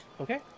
Okay